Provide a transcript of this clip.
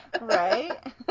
Right